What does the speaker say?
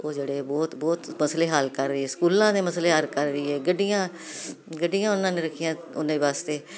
ਉਹ ਜਿਹੜੇ ਬਹੁਤ ਬਹੁਤ ਮਸਲੇ ਹੱਲ ਕਰ ਰਹੇ ਸਕੂਲਾਂ ਦੇ ਮਸਲੇ ਹੱਲ ਕਰ ਰਹੀ ਹ ਗੱਡੀਆਂ ਗੱਡੀਆਂ ਉਹਨਾਂ ਨੇ ਰੱਖੀਆ ਉਹਨਾਂ ਦੇ ਵਾਸਤੇ